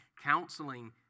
Counseling